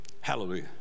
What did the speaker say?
Hallelujah